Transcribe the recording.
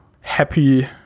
happy